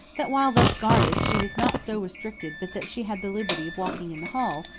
that while thus guarded, she was not so restricted but that she had the liberty of walking in the hall,